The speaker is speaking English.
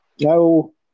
No